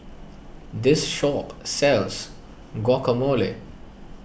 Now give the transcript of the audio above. this shop sells Guacamole